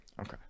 okay